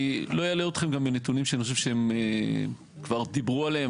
אני לא אלאה אתכם בנתונים שאני חושב שכבר דיברו עליהם,